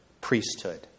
priesthood